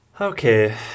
Okay